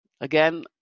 Again